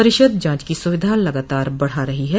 परिषद जांच की सुविधा लगातार बढा रही है